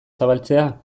zabaltzea